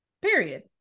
Period